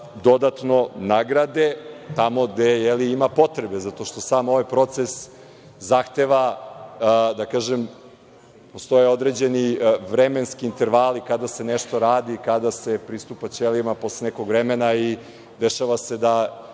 dodatno nagrade tamo gde ima potrebe zato što sam ovaj proces zahteva, da kažem, postoje određeni vremenski intervali kada se nešto radi i kada se pristupa ćelijama. Posle nekog vremena dešava se da